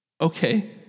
Okay